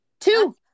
two